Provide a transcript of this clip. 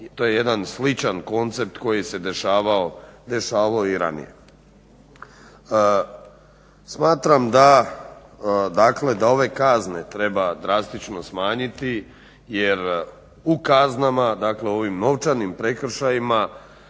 to je jedan sličan koncept koji se dešavao i ranije. Smatram da dakle ove kazne treba drastično smanjiti, jer u kaznama dakle ovim novčanim, prekršajnim